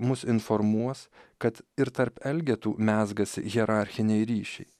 mus informuos kad ir tarp elgetų mezgasi hierarchiniai ryšiai